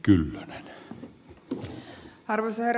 arvoisa herra puhemies